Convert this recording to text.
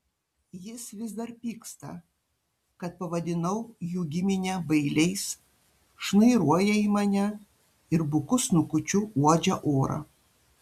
jis vis dar pyksta kad pavadinau jų giminę bailiais šnairuoja į mane ir buku snukučiu uodžia orą